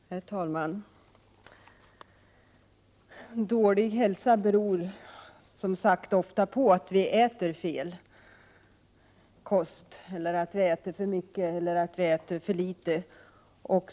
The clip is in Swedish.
Herr talman! Dålig hälsa beror, som har framhållits, ofta på att vi äter fel kost eller på att vi äter för mycket eller för litet.